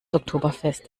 oktoberfest